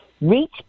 Reach